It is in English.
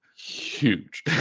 huge